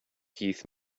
keith